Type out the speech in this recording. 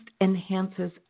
enhances